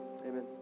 Amen